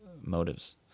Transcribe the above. motives